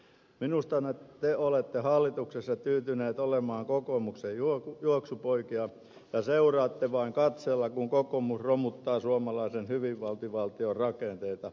minusta te olette hallituksessa tyytyneet olemaan kokoomuksen juoksupoikia ja seuraatte vain katseella kun kokoomus romuttaa suomalaisen hyvinvointivaltion rakenteita